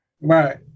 Right